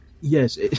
Yes